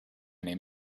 name